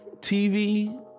TV